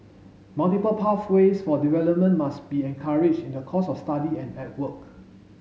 multiple pathways for development must be encouraged in the course of study and at work